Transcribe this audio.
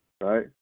right